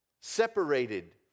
separated